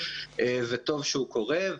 וטוב שהוא קורה,